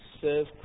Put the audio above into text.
serve